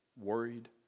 worried